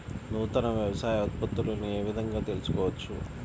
నూతన వ్యవసాయ ఉత్పత్తులను ఏ విధంగా తెలుసుకోవచ్చు?